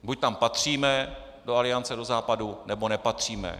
Buď tam patříme, do Aliance, do Západu, nebo nepatříme.